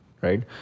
right